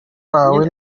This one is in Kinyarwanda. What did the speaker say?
wawe